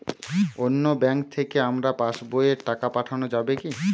অন্য ব্যাঙ্ক থেকে আমার পাশবইয়ে টাকা পাঠানো যাবে কি?